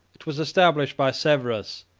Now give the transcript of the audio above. it was established by severus,